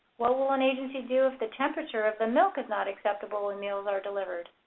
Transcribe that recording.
what will an agency do if the temperature of the milk is not acceptable when meals are delivered.